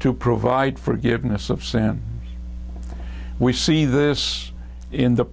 to provide forgiveness of sand we see this in the